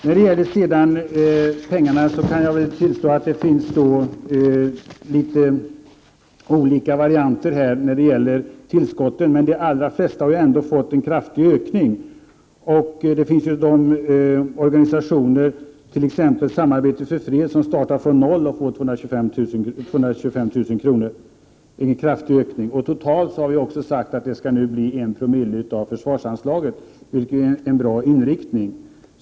När det sedan gäller pengarna, kan jag tillstå att det finns litet olika varianter i fråga om tillskotten, men de allra flesta har fått en kraftig ökning. Samarbete för fred startar t.ex. från noll och får 225 000 kr., vilket ju är en kraftig ökning. Utskottet säger att detta anslag totalt skall bli en promille av försvarsanslaget, vilket är en bra inriktning.